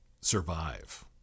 survive